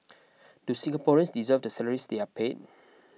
do Singaporeans deserve the salaries they are paid